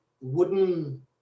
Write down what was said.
wooden